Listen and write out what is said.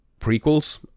prequels